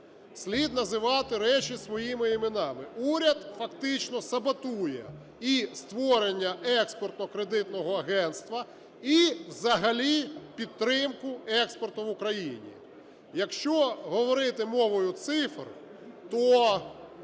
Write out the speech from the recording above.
Слід називати речі своїми іменами. Уряд фактично саботує і створення Експортно-кредитного агентства, і взагалі підтримку експорту в Україні. Якщо говорити мовою цифр, то